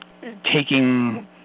taking